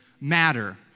matter